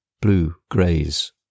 Blue-grays